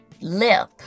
lip